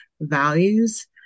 values